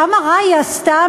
כמה רע היא עשתה,